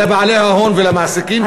לבעלי ההון ולמעסיקים,